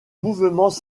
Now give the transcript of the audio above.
mouvements